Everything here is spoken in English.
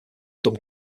dumb